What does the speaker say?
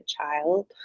child